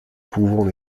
pouvons